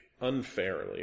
unfairly